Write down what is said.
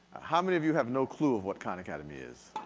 how many of you have no clue of what khan academy is?